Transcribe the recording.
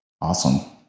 Awesome